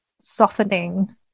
softening